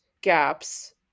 gaps